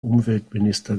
umweltminister